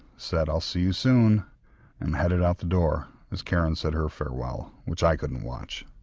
said, i'll see you soon and headed out the door as karen said her farewell which i couldn't watch.